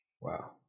Wow